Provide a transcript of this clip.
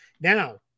Now